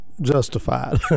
justified